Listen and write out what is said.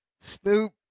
Snoop